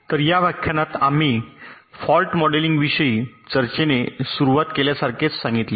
तर या व्याख्यानात आम्ही फॉल्ट मॉडेलिंग विषयी चर्चेने सुरुवात केल्यासारखेच सांगितले